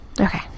okay